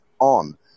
on